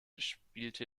spielte